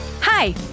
Hi